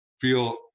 feel